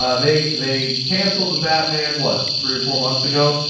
ah they they cancelled the batman, what, three or four months ago?